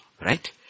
Right